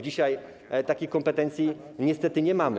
Dzisiaj takich kompetencji niestety nie mamy.